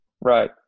Right